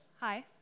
Hi